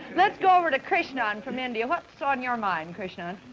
let's go over to krishnan from india, what's on your mind krishnan?